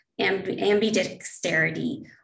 ambidexterity